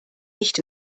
nicht